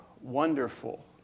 wonderful